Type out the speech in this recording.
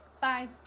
Bye